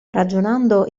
ragionando